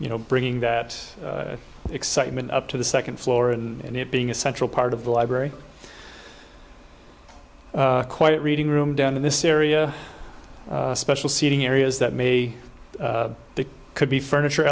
you know bringing that excitement up to the second floor and it being a central part of the library quite reading room down in this area special seating areas that maybe there could be furniture